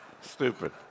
stupid